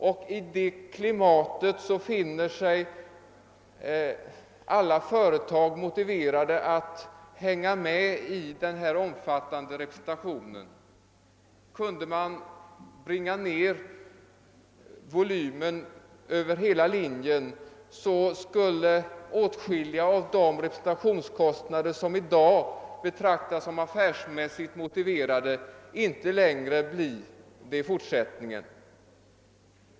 I det klimatet finner alla företag det motiverat att hänga med i denna omfattande representation. Kunde man bringa ner volymen över hela linjen, skulle åtskilliga av de representationskostnader som i dag betraktas som affärsmässigt motiverade inte bli det i fortsättningen.